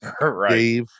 Right